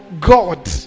God